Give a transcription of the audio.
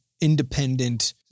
independent